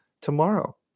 tomorrow